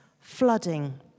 flooding